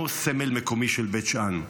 דוד לוי אינו סמל מקומי של בית שאן,